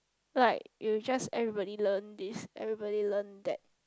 like you just everybody learn this everybody learn that